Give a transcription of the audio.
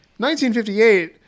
1958